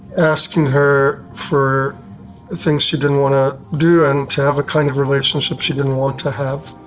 asking her for things she didn't want to do and to have a kind of relationship she didn't want to have.